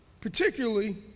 particularly